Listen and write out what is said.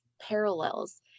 parallels